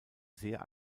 sehr